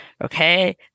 Okay